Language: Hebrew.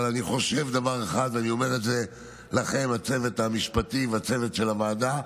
אבל אני חושב דבר אחד ואומר את זה לצוות המשפטי ולצוות הוועדה: